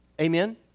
Amen